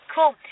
Cool